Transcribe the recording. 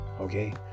okay